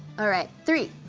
alright, three,